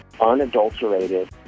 unadulterated